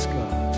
God